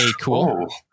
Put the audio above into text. cool